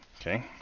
Okay